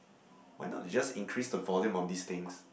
why not just increase the volumes of these things